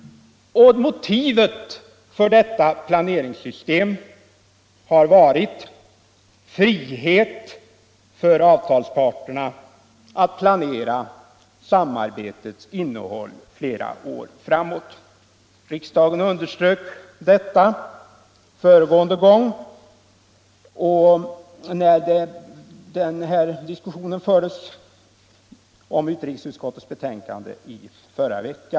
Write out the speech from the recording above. Motivet för detta planeringssystem har varit frihet för avtalsparterna att planera samarbetets innehåll flera år framåt. Riksdagen underströk detta i förra veckan när diskusionen fördes om utrikesutskottets betänkande.